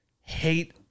hate